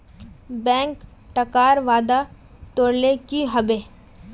bank टाकार वादा तोरले कि हबे